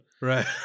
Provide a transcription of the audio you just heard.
Right